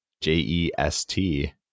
j-e-s-t